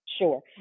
Sure